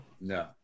No